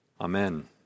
Amen